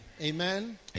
Amen